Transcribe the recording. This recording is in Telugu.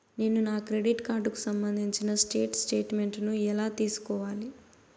నేను నా క్రెడిట్ కార్డుకు సంబంధించిన స్టేట్ స్టేట్మెంట్ నేను ఎలా తీసుకోవాలి?